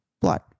blood